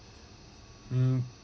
um